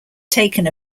taken